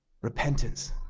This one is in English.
repentance